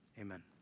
Amen